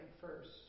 first